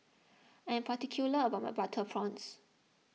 I am particular about my Butter Prawns